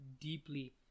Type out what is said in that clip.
deeply